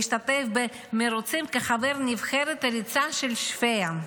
והשתתף במרוצים כחבר נבחרת הריצה של שפיה.